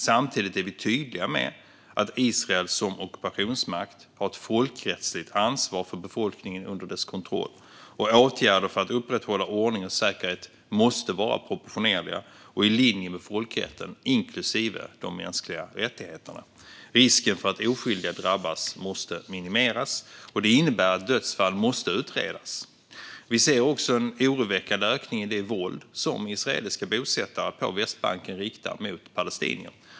Samtidigt är vi tydliga med att Israel som ockupationsmakt har ett folkrättsligt ansvar för befolkningen under dess kontroll, och åtgärder för att upprätthålla ordning och säkerhet måste vara proportionerliga och i linje med folkrätten inklusive de mänskliga rättigheterna. Risken för att oskyldiga drabbas måste minimeras, och det innebär att dödsfall måste utredas. Vi ser också en oroväckande ökning av det våld som israeliska bosättare på Västbanken riktar mot palestinier.